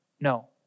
No